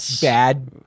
bad